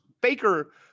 Baker